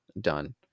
done